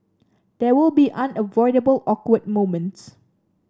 there will be unavoidable awkward moments